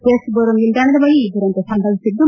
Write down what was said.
ವೆಸ್ಟೊದರೋ ನಿಲ್ದಾಣದ ಬಳಿ ಈ ದುರಂತ ಸಂಭವಿಸಿದ್ದು